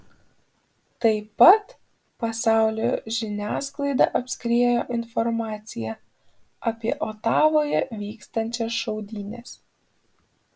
tai pat pasaulio žiniasklaidą apskriejo informacija apie otavoje vykstančias šaudynes